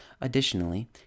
Additionally